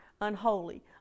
unholy